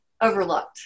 overlooked